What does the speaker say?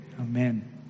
Amen